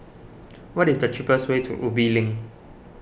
what is the cheapest way to Ubi Link